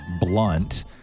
blunt